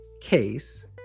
case